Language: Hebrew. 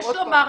יש לומר,